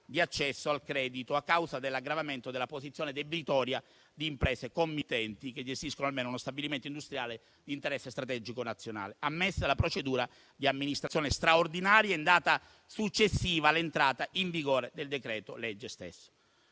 di accesso al credito a causa dell'aggravamento della posizione debitoria di imprese committenti che gestiscono almeno uno stabilimento industriale di interesse strategico nazionale. È ammessa la procedura di amministrazione straordinaria in data successiva all'entrata in vigore del decreto-legge stesso.